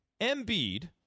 Embiid